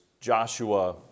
Joshua